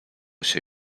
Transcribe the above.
się